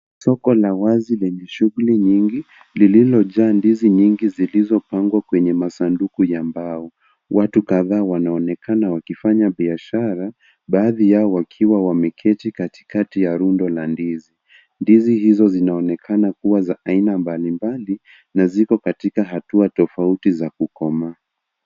Soko la wazi lenye shughuli nyingi lililojaa ndizi nyingi zilizopangwa kwenye masanduku ya mbao. Watu kadhaa wanaonekana wakifanya biashara, baadhi yao wakiwa wameketi katikati ya rundo la ndizi. Ndizi hizo zinaonekana kuwa za aina mbalimbali na ziko katika hatua tofauti za kukomaa.